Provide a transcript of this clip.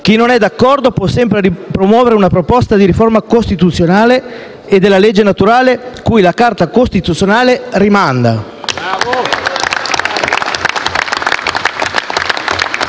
Chi non è d'accordo può sempre promuovere una proposta di riforma costituzionale e della legge naturale cui la Carta costituzionale rimanda.